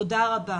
תודה רבה.